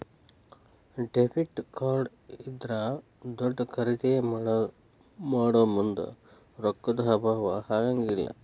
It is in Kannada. ಡೆಬಿಟ್ ಕಾರ್ಡ್ ಇದ್ರಾ ದೊಡ್ದ ಖರಿದೇ ಮಾಡೊಮುಂದ್ ರೊಕ್ಕಾ ದ್ ಅಭಾವಾ ಆಗಂಗಿಲ್ಲ್